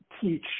teach